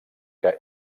que